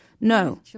No